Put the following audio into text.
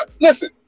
listen